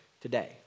today